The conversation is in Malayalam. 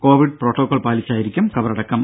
കോവിഡ് പ്രോട്ടോകോൾ പാലിച്ചായിരിക്കും കബറടക്കം